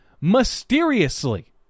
mysteriously